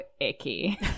icky